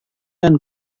dan